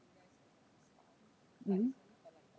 mmhmm